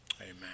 Amen